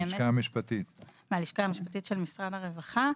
אני מהלשכה המשפטית של משרד הרווחה.